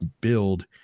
build